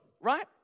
right